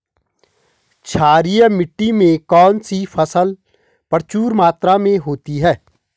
क्षारीय मिट्टी में कौन सी फसल प्रचुर मात्रा में होती है?